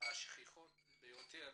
השכיחות ביותר